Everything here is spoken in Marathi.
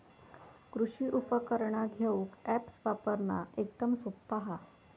कृषि उपकरणा घेऊक अॅप्स वापरना एकदम सोप्पा हा